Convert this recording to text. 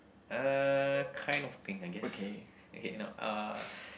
uh kind of pink I guess okay no uh